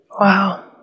Wow